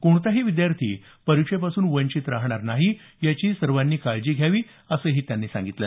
कोणताही विद्यार्थी परीक्षेपासून वंचित राहणार नाही याची काळजी सर्वांनी घ्यावी असंही त्यांनी सांगितलं